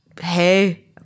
Hey